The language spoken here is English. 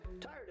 Tired